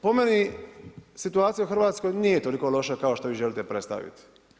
Po meni situacija u Hrvatskoj nije toliko loša kao što ju vi želite predstaviti.